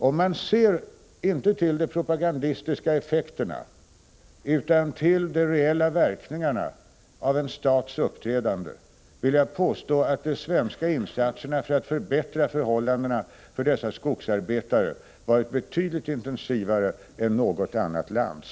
Om man ser inte till de propagandistiska effekterna, utan till de reella verkningarna av en stats uppträdande, vill jag påstå att Sveriges insatser för att förbättra förhållandena för dessa skogsarbetare har varit betydligt intensivare än något annat lands.